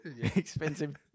Expensive